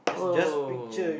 oh